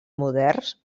moderns